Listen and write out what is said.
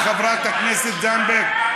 תודה לחברת הכנסת זנדברג.